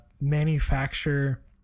manufacture